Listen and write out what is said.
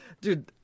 dude